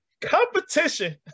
competition